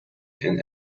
and